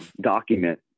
document